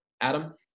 Adam